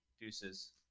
Deuces